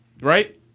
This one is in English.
Right